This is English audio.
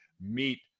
meet